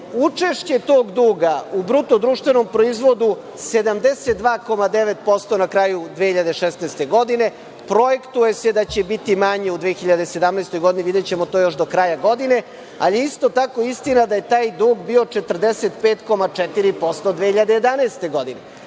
učešće tog duga u bruto društvenom proizvodu 72,9% na kraju 2016. godine, projektuje se da će biti manji u 2017. godini, videćemo to još do kraja godine, ali je isto tako istina da je taj dug bio 45,4% 2011. godine;